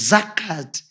Zakat